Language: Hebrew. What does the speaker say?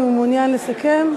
האם הוא מעוניין לסכם?